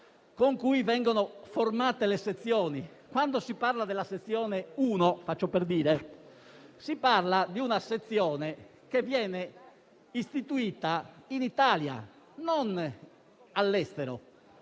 con cui vengono formate le sezioni. Quando si parla della sezione 1 - faccio un esempio - si fa riferimento a una sezione che viene istituita in Italia, non all'estero.